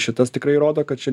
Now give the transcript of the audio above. šitas tikrai rodo kad čia